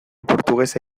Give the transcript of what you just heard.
portugesa